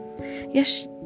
Yes